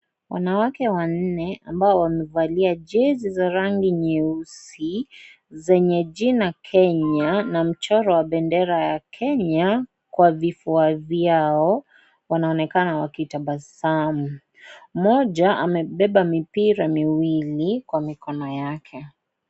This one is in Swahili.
Wanawake wanne, ambao wamevalia jezi za rangi nyeusi, zenye jina Kenya na mchoro wa bendera ya Kenya, kwa vifua vyao, wanaonekana wakitabasamu. Mmoja amebeba mipira miwili kwa mikono yake.